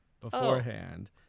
beforehand